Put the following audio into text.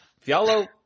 Fialo